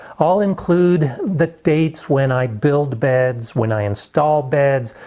i'll include the dates when i build beds, when i install beds,